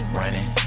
running